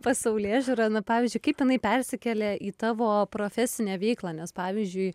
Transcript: pasaulėžiūra na pavyzdžiui kaip jinai persikelia į tavo profesinę veiklą nes pavyzdžiui